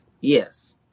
Yes